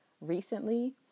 recently